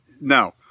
No